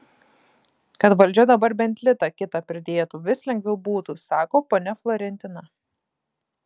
kad valdžia dabar bent litą kitą pridėtų vis lengviau būtų sako ponia florentina